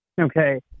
Okay